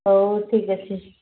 ହଉ ଠିକ୍ ଅଛି